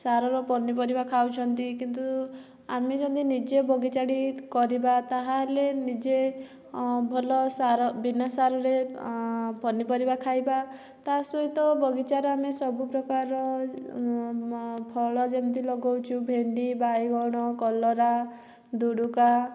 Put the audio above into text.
ସାରର ପନିପରିବା ଖାଉଛନ୍ତି କିନ୍ତୁ ଆମେ ଯଦି ନିଜେ ବଗିଚାଟି କରିବା ତା'ହେଲେ ନିଜେ ଭଲ ସାର ବିନା ସାରରେ ପନିପରିବା ଖାଇବା ତା'ସହିତ ବଗିଚାର ଆମେ ସବୁପ୍ରକାର ଫଳ ଯେମିତି ଲଗାଉଛୁ ଭେଣ୍ଡି ବାଇଗଣ କଲରା ଦୁଡ଼ୁକା